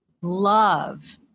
love